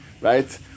right